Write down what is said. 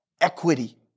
equity